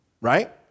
right